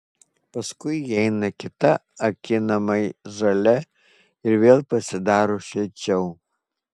paskui įeina kita akinamai žalia ir vėl pasidaro šilčiau